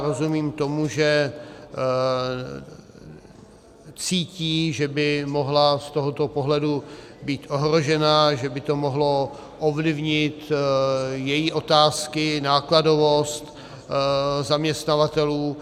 Rozumím tomu, že cítí, že by mohla z tohoto pohledu být ohrožena, že by to mohlo ovlivnit její otázky, nákladovost zaměstnavatelů.